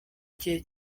igihe